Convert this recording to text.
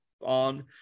on